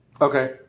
Okay